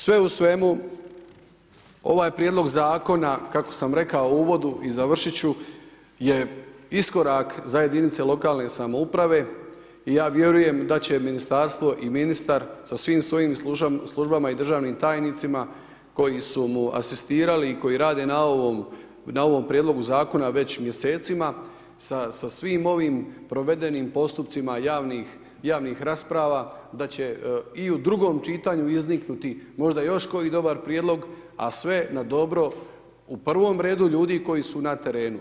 Sve u svemu ovaj Prijedlog zakona kako sam rekao u uvodu i završit ću je iskorak za jedinice lokalne samouprave i ja vjerujem da će Ministarstvo i ministar sa svim svojim službama i državnim tajnicima koji su mu asistirali i koji rade na ovom prijedlogu zakona već mjesecima sa svim ovim provedenim postupcima javnih rasprava da će i u drugom čitanju izniknuti možda još koji dobar prijedlog, a sve na dobro u prvom redu ljudi koji su na terenu.